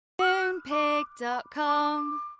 Moonpig.com